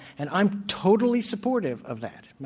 and i'm totally supportive of that.